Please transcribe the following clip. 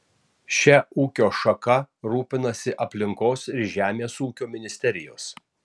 šia ūkio šaka rūpinasi aplinkos ir žemės ūkio ministerijos